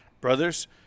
brothers